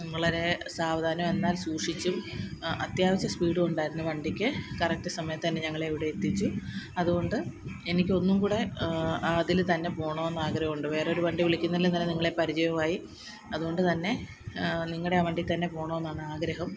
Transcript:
വളരെ സാവധാനം എന്നാല് സൂക്ഷിച്ചും അത്യാവിശ്യം സ്പീഡുമുണ്ടായിരുന്നു വണ്ടിക്ക് കറക്റ്റ് സമയത്ത് തന്നെ ഞങ്ങളെ ഇവിടെ എത്തിച്ചു അതുകൊണ്ട് എനിക്ക് ഒന്നും കൂടെ അതിൽ തന്നെ പോകണമെന്ന് ആഗ്രഹമുണ്ട് വേറൊരു വണ്ടി വിളിക്കുന്നതിലും നല്ലത് നിങ്ങളെ പരിചയവുമായി അതുകൊണ്ട് തന്നെ നിങ്ങളുടെ ആ വണ്ടി തന്നെ പോകണം എന്നാണ് ആഗ്രഹം